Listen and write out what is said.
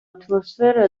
atmosfera